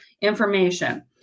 information